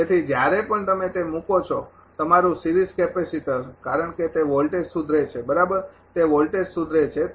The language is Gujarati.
તેથી જ્યારે પણ તમે તે મૂકો કે તમારુ સિરીઝ કેપેસિટર કારણ કે તે વોલ્ટેજ સુધરે છે બરાબર તે વોલ્ટેજ સુધરે છે